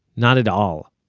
not at all.